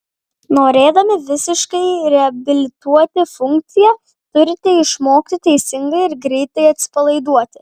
norėdami visiškai reabilituoti funkciją turite išmokti teisingai ir greitai atsipalaiduoti